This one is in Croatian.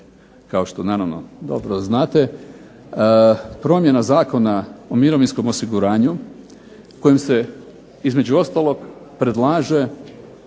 kao što naravno dobro znate, promjena Zakona o mirovinskom osiguranju kojim se između ostalog predlaže